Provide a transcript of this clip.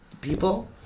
people